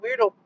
Weirdo